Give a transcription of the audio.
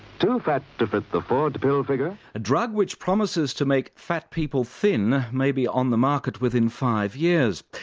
too fat to fit the ford pill figure? a drug which promises to make fat people thin may be on the market within five years.